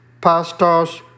pastors